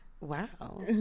wow